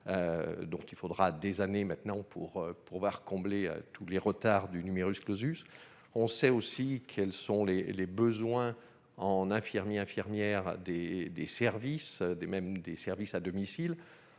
donc il faudra des années maintenant pour pouvoir combler tous les retards du numerus clausus, on sait aussi quelles sont les les besoins en infirmiers, infirmières des des services des même des services à domicile,